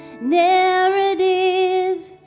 narrative